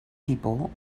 people